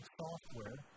software